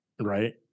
Right